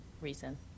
reason